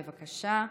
בבקשה.